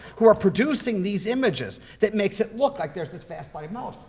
who are producing these images that makes it look like there's this vast body of knowledge,